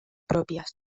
propias